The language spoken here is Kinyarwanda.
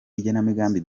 igenamigambi